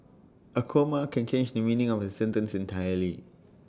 A comma can change the meaning of A sentence entirely